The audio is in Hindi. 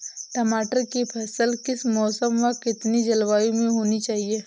टमाटर की फसल किस मौसम व कितनी जलवायु में होनी चाहिए?